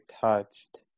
touched